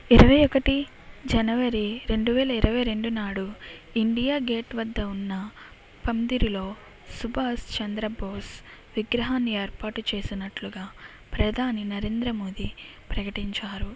ఇరవై ఒకటి జనవరి రెండు వేల ఇరవై రెండు నాడు ఇండియా గేట్ వద్ద ఉన్న పరిధిలో సుభాష్ చంద్రబోస్ విగ్రహాన్ని ఏర్పాటు చేసినట్టుగా ప్రధాని నరేంద్ర మోదీ ప్రకటించారు